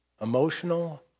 emotional